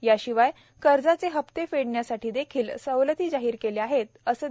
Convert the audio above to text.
या शिवाय कर्जाचे हप्ते फेडण्यासाठीदेखील सवलती जाहीर केल्या आहेत असे श्री